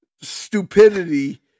stupidity